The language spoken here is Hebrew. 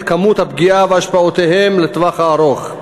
היקף הפגיעה ואת השפעותיה לטווח הארוך.